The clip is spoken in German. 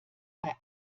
bei